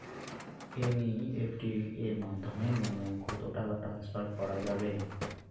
NEFT এর মাধ্যমে minimum কত টাকা টান্সফার করা যাবে?